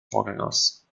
vorgängers